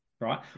right